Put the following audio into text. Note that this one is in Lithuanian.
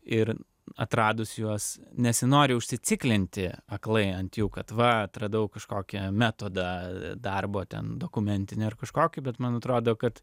ir atradus juos nesinori užsitikrinti aklai ant jų kad va atradau kažkokią metodą darbo ten dokumentinę ir kažkokį bet man atrodo kad